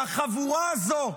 והחבורה הזו,